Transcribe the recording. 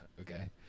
Okay